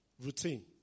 routine